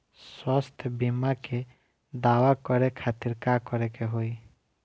स्वास्थ्य बीमा के दावा करे के खातिर का करे के होई?